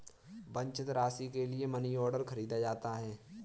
वांछित राशि के लिए मनीऑर्डर खरीदा जाता है